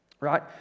Right